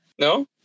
no